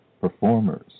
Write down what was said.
performers